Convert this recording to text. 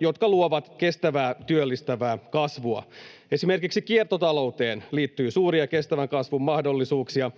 jotka luovat kestävää työllistävää kasvua. Esimerkiksi kiertotalouteen liittyy suuria kestävän kasvun mahdollisuuksia.